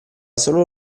solo